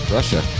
Russia